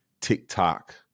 TikTok